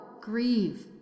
Grieve